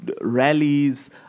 rallies